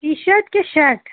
T-shirt की shirt